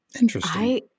Interesting